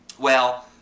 well,